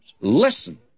Listen